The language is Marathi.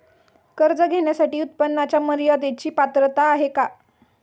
कर्ज घेण्यासाठी उत्पन्नाच्या मर्यदेची पात्रता आहे का?